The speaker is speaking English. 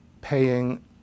paying